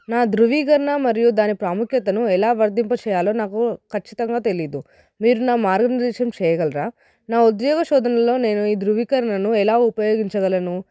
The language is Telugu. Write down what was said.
నా ధృవీకరణ మరియు దాని ప్రాముఖ్యతను ఎలా వర్తింపచేయాలో నాకు ఖచ్చితంగా తెలీదు మీరు నా మార్గనిర్దేశం చేయగలరా నా ఉద్యోగ శోధనలో నేను ఈ ధృవీకరణను ఎలా ఉపయోగించగలను